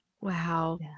Wow